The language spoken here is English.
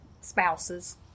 spouses